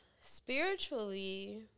spiritually